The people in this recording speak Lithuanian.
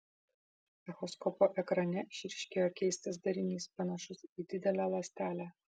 echoskopo ekrane išryškėjo keistas darinys panašus į didelę ląstelę